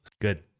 Good